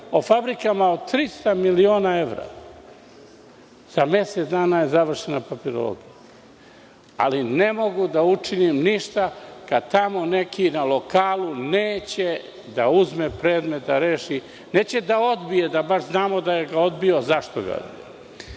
o fabrikama od 300 miliona evra – za mesec dana je završena papirologija. Ali, ne mogu da učinim ništa kad tamo neki na lokalu neće da uzme predmet da reši. Neće ni da ga odbije, da bar znamo da je odbijen predmet